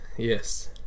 Yes